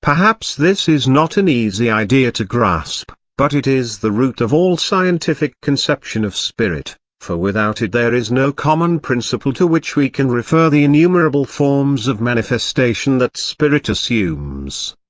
perhaps this is not an easy idea to grasp, but it is the root of all scientific conception of spirit for without it there is no common principle to which we can refer the innumerable forms of manifestation that spirit assumes.